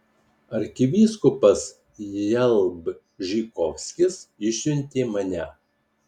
arkivyskupas jalbžykovskis išsiuntė mane